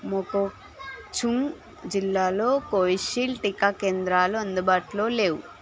మొకొక్చుంగ్ జిల్లాలో కోవిషీల్డ్ టీకా కేంద్రాలు అందుబాటులో లేవు